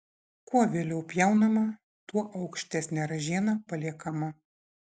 kuo vėliau pjaunama tuo aukštesnė ražiena paliekama